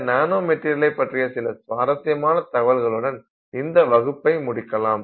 இந்த நானோ மெட்டீரியலை பற்றிய சில சுவாரஸ்யமான தகவல்களுடன் இந்த வகுப்பை முடிக்கலாம்